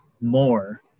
more